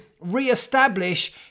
re-establish